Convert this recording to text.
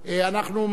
אנחנו ממשיכים